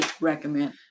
recommend